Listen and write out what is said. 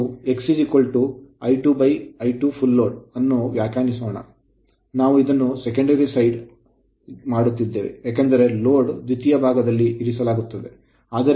ಈಗ ನಾವು x I2I2fl ಅನ್ನು ವ್ಯಾಖ್ಯಾನಿಸೋಣ ನಾವು ಇದನ್ನು secondary side ದ್ವಿತೀಯ ಭಾಗದಲ್ಲಿ ಮಾಡುತ್ತಿದ್ದೇವೆ ಏಕೆಂದರೆ load ಹೊರೆಯನ್ನು ದ್ವಿತೀಯ ಭಾಗದಲ್ಲಿ ಇರಿಸಲಾಗುತ್ತದೆ